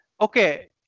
okay